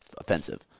offensive